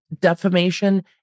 defamation